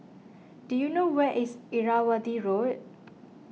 do you know where is Irrawaddy Road